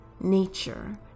nature